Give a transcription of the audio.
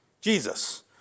Jesus